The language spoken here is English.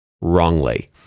wrongly